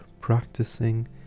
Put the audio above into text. practicing